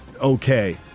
Okay